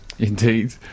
Indeed